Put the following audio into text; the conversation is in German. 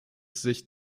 sich